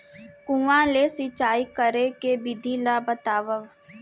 कुआं ले सिंचाई करे के विधि ला बतावव?